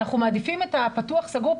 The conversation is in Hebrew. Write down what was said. אנחנו מעדיפים את הפתוח סגור,